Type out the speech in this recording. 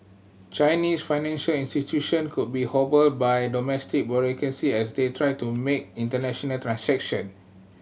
Chinese financial institution could be hobbled by domestic bureaucracy as they try to make international transaction